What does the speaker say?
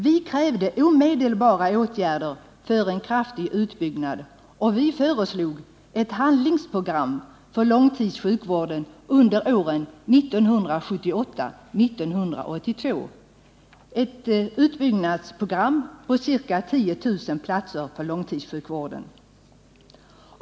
Vi krävde där omedelbara åtgärder för en kraftig utbyggnad och föreslog ett handlingsprogram för långtidssjukvården under åren 1978-1982, ett utbyggnadsprogram på ca 10 000 platser för långtidssjukvården.